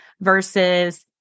versus